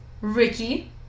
Ricky